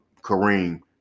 Kareem